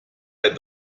der